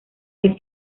vez